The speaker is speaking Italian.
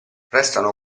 restano